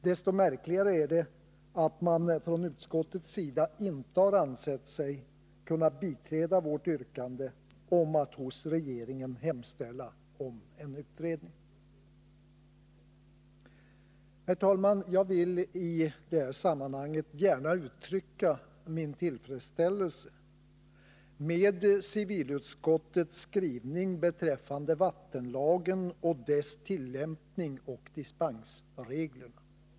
Desto märkligare är det att utskottet inte ansett sig kunna biträda vårt yrkande om att hos regeringen hemställa om en utredning. Herr talman! Jag vill i detta sammanhang gärna uttrycka min tillfredsställelse med civilutskottets skrivning beträffande vattenlagen och dess tillämpning och dispensregler.